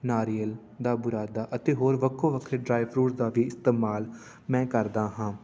ਨਾਰੀਅਲ ਦਾ ਬੁਰਾਦਾ ਅਤੇ ਹੋਰ ਵੱਖੋ ਵੱਖਰੇ ਡਰਾਈ ਫਰੂਟ ਦਾ ਵੀ ਇਸਤੇਮਾਲ ਮੈਂ ਕਰਦਾ ਹਾਂ